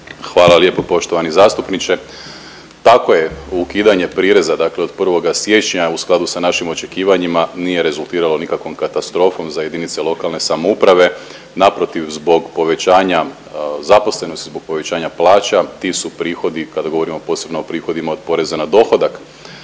Hvala lijepo poštovani zastupniče. Tako je. Ukidanje prireza, dakle od 1. siječnja u skladu sa našim očekivanjima nije rezultiralo nikakvom katastrofom za jedinice lokalne samouprave. Naprotiv zbog povećanja zaposlenosti, zbog povećanja plaća ti su prihodi, kada govorimo posebno o prihodima od poreza na dohodak